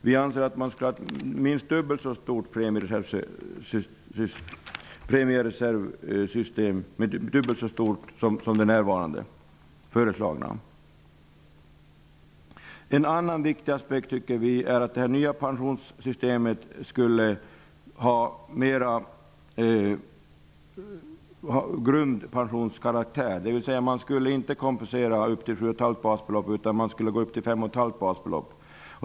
Vi anser att man borde ha ett dubbelt så stort premiereservsystem som det för närvarande föreslagna. En annan viktig aspekt är att det nya pensionssystemet borde ha mer av grundpensinskaraktär. Man skulle inte kompensera upp till 7,5 basbelopp, utan man skulle gå upp till 5,5 basbelopp.